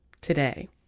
today